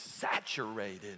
saturated